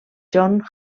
john